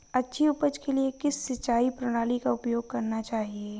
अच्छी उपज के लिए किस सिंचाई प्रणाली का उपयोग करना चाहिए?